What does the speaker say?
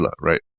right